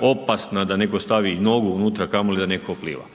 opasna da netko stavi nogu unutra, a kamoli da netko pliva.